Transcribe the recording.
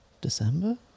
December